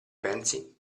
pensi